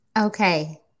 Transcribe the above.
Okay